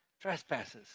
trespasses